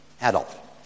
adult